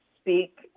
speak